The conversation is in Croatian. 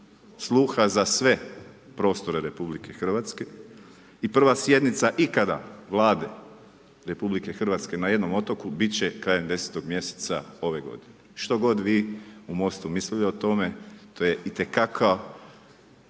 sluha za sve prostore RH i prva sjednica ikada Vlade RH na jednom otoku biti će krajem 10 mjeseca ove godine, što god vi u MOST-u mislili o tome. To je itekako